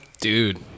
Dude